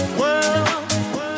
world